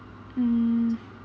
mm